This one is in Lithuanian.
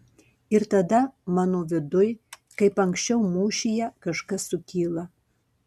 ir tada mano viduj kaip anksčiau mūšyje kažkas sukyla